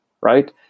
right